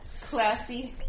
Classy